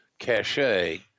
cachet